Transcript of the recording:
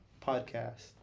Podcast